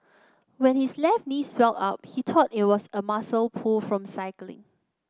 when his left knee swelled up he thought it was a muscle pull from cycling